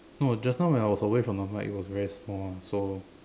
no just now when I was away from the mic it was very small so